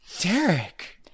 Derek